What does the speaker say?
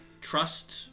trust